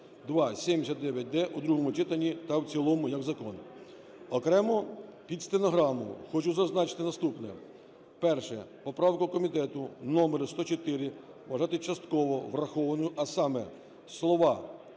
7279-д у другому читанні та в цілому як закон. Окремо під стенограму хочу зазначити наступне. Перше. Поправку комітету номер 104 вважати частково врахованою, а саме, слова...